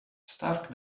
stark